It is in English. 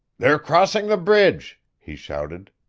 they're crossing the bridge, he shouted.